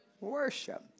Worship